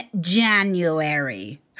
January